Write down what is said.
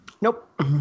Nope